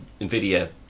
NVIDIA